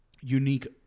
unique